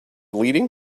leading